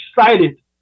excited